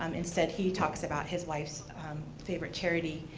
um instead he talks about his wife's favorite charity,